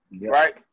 Right